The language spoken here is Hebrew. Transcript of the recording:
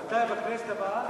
מתי, בכנסת הבאה?